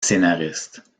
scénariste